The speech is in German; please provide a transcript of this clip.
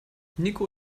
niko